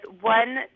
one